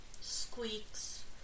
Squeaks